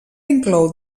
inclou